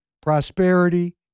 prosperity